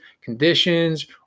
conditions